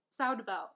Soundabout